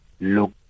look